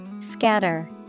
Scatter